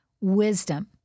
wisdom